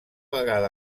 vegada